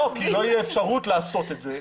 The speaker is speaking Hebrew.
כי לא תהיה אפשרות לעשות את זה.